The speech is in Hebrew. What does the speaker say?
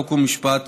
חוק ומשפט